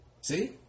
See